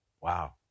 Wow